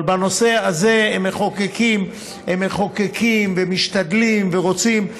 אבל בנושא הזה הם מחוקקים ומשתדלים ורוצים,